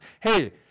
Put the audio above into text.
hey